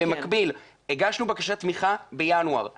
במקביל, הגשנו בקשת תמיכה בינואר.